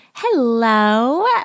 Hello